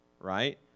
right